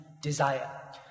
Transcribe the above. desire